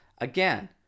again